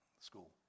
School